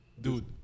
dude